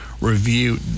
review